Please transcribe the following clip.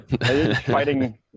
fighting